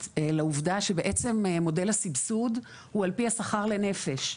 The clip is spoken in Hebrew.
לעובדה שבעצם מודל הסבסוד הוא על-פי השכר לנפש.